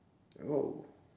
!wow!